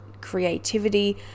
creativity